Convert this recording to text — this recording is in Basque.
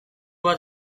bat